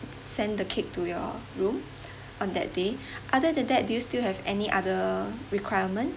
send the cake to your room on that day other than that do you still have any other requirement